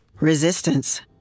Resistance